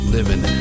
Living